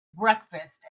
breakfast